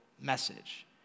message